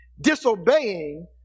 Disobeying